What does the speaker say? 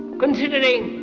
considering